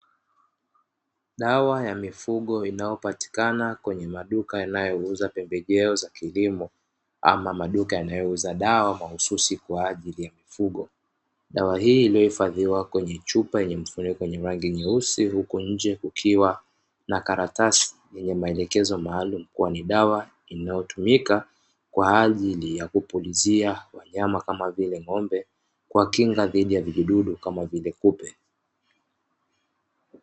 Dawa ya mifugo inayopatikana kwenye maduka yanayouza pembejeo za kilimo ama maduka yanayouza dawa mahususi kwa ajili ya mifugo. Dawa hii iliyohifadhiwa kwenye chupa yenye mfuniko wenye rangi nyeusi, huku nje kukiwa na karatasi yenye maelekezo maalumu kuwa ni dawa inayotumika kwa ajili ya kupulizia wanyama kama vile ng'ombe, kuwakinga dhidi ya vijidudu kama vile kupe.